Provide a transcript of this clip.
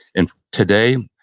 and today,